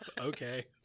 okay